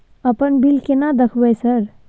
अपन बिल केना देखबय सर?